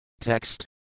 Text